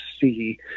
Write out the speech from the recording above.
see